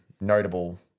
notable